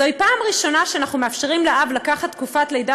זוהי פעם ראשונה שאנחנו מאפשרים לאב לקחת תקופת לידה